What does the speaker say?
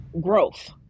growth